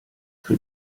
für